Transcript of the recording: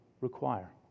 require